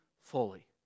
fully